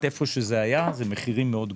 איפה שזה היה אלה מחירים מאוד גבוהים.